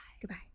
Goodbye